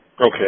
Okay